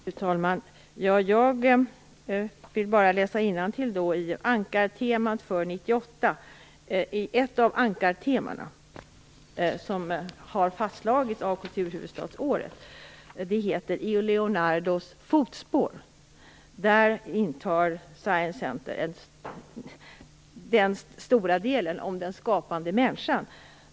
Fru talman! Jag vill bara läsa innantill i ett av de ankarteman för 98 som har fastslagits. Det heter I Leonardos fotspår, och där står Science Center för den stora delen om den skapande människan.